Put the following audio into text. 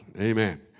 Amen